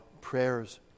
prayers